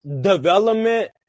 development